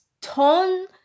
tone